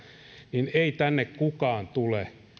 niin ei tänne kukaan tule